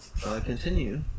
continue